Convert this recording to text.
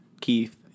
Keith